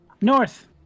North